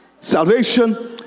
salvation